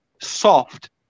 soft